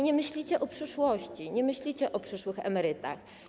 Nie myślicie o przyszłości, nie myślicie o przyszłych emerytach.